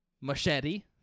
Machete